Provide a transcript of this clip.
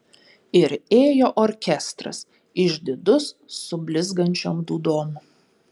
ir ėjo orkestras išdidus su blizgančiom dūdom